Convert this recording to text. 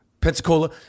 Pensacola